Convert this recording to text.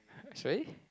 sorry